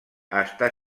està